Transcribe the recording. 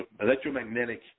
electromagnetic